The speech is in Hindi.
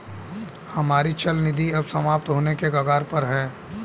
हमारी चल निधि अब समाप्त होने के कगार पर है